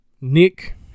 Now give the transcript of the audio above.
Nick